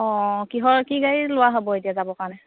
অঁ কিহৰ কি গাড়ী লোৱা হ'ব এতিয়া যাবৰ কাৰণে